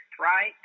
right